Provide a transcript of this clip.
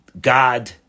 God